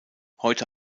heute